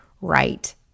right